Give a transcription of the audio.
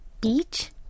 Beach